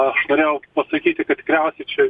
aš norėjau pasakyti kad tikriausiai čia